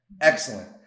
Excellent